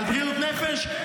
על בריאות נפש?